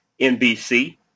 NBC